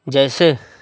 जैसे